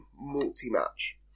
multi-match